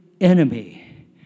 enemy